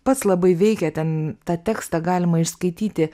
pats labai veikia ten tą tekstą galima išskaityti